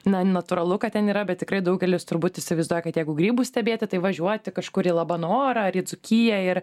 na natūralu kad ten yra bet tikrai daugelis turbūt įsivaizduoja kad jeigu grybų stebėti tai važiuoti kažkur į labanorą ar į dzūkiją ir